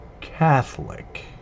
Catholic